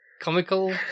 comical